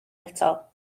eto